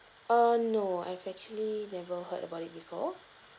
err no I've actually never heard about it before